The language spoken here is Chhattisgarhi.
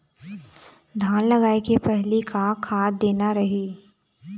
धान लगाय के पहली का खाद देना रही?